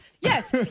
Yes